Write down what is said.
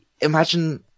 Imagine